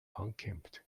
unkempt